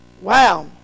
Wow